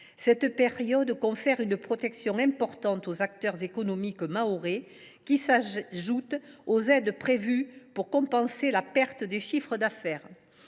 cette période confère une protection importante aux acteurs économiques mahorais, qui s’ajoute aux aides prévues pour compenser la perte de chiffre d’affaires.